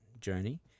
journey